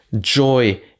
joy